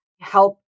help